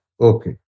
Okay